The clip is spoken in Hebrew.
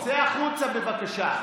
צא החוצה, בבקשה.